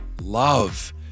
love